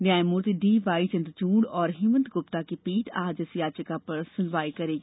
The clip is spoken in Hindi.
न्यायमूर्ति डीवाई चन्द्रंचूड़ और हेमंत गुप्ता की पीठ आज इस याचिका पर सुनवाई करेगी